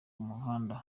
umuhanda